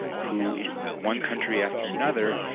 who in one country after another,